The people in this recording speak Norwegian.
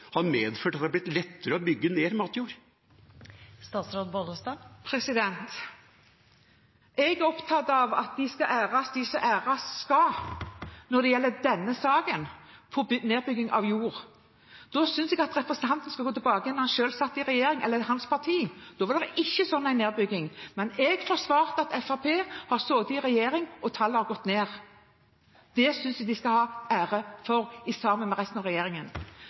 har medført at det har blitt lettere å bygge ned matjord? Jeg er opptatt av at en skal ære den som æres bør når det gjelder denne saken, nedbygging av jord. Da synes jeg at representanten Nævra skal gå tilbake til da hans eget parti satt i regjering. Da var det ikke så mye om nedbygging, men jeg forsvarte at Fremskrittspartiet har sittet i regjering og tallet har gått ned. Det synes jeg de skal ha ære for sammen med resten av regjeringen.